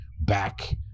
back